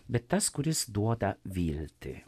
bet tas kuris duoda viltį